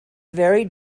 very